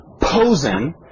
posing